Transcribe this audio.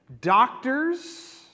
doctors